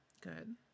Good